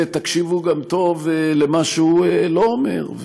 תקשיבו טוב גם למה שהוא לא אומר.